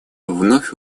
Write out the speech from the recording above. вновь